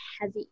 heavy